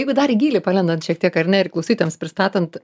jeigu dar į gylį palendant šiek tiek ar ne ir klausytojams pristatant